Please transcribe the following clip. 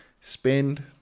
spend